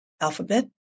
alphabet